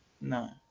No